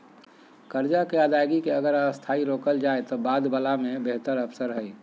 कर्जा के अदायगी के अगर अस्थायी रोकल जाए त बाद वला में बेहतर अवसर हइ